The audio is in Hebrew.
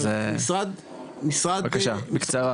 אז בבקשה בקצרה.